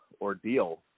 ordeal